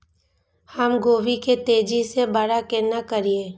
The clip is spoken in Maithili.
हम गोभी के तेजी से बड़ा केना करिए?